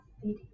city